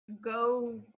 go